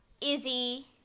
Izzy